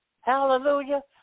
Hallelujah